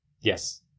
Yes